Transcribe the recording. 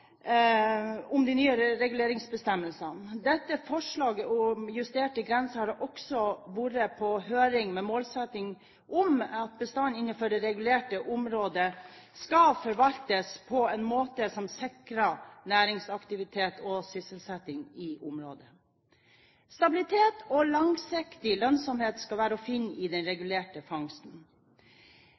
om de nye reguleringsbestemmelsene. Dette forlaget om justerte grenser har også vært på høring, med målsetting om at bestanden innenfor det regulerte området skal forvaltes på en måte som sikrer næringsaktivitet og sysselsetting i området. Stabilitet og langsiktig lønnsomhet skal være å finne i den regulerte fangsten.